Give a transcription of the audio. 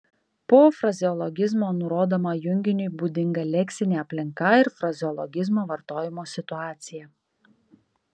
po frazeologizmo nurodoma junginiui būdinga leksinė aplinka ir frazeologizmo vartojimo situacija